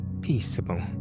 peaceable